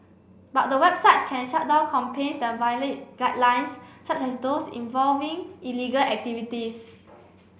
but the websites can shut down campaigns that violate guidelines such as those involving illegal activities